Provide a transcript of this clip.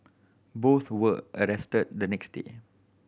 both were arrested the next day